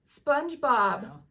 Spongebob